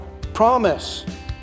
promise